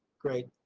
great.